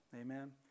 Amen